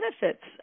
benefits